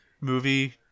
movie